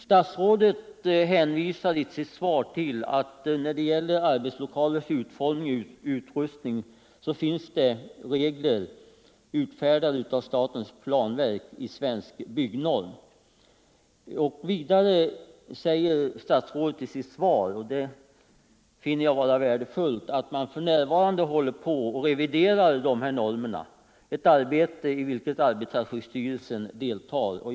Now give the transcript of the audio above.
Statsrådet hänvisar i sitt svar till att när det gäller arbetslokalers utformning och utrustning finns regler utfärdade av statens planverk i Svensk byggnorm. Vidare säger statsrådet i sitt svar, och det finner jag vara värdefullt, att man för närvarande håller på att revidera dessa normer, ett arbete i vilket arbetarskyddsstyrelsen deltar.